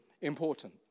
important